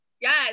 yes